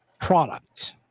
product